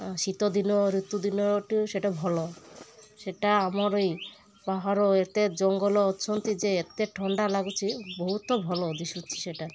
ଶୀତ ଦିନ ଋତୁ ଦିନଠୁ ସେଇଟା ଭଲ ସେଇଟା ଆମର ଏଇ ପାହାଡ଼ ଏତେ ଜଙ୍ଗଲ ଅଛନ୍ତି ଯେ ଏତେ ଥଣ୍ଡା ଲାଗୁଛି ବହୁତ ଭଲ ଦିଶୁଛି ସେଇଟା